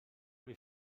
wie